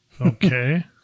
Okay